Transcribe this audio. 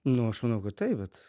nu aš manau kad taip bet